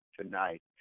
tonight